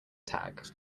tag